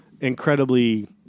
incredibly